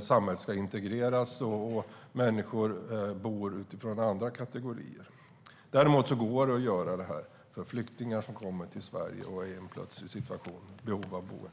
samhället ska vara integrerande och att boendet ska utgå från andra kategorier. Däremot går det att göra det här för flyktingar som kommer till Sverige och är i ett akut behov av boende.